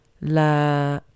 La